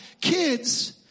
Kids